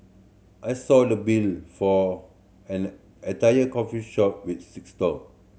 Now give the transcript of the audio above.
I saw the bill for an entire coffee shop with six stall